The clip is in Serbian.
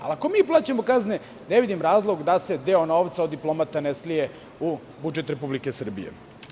Ako mi plaćamo kazne, ne vidim razlog da se deo novca od diplomata ne slije u budžet Republike Srbije.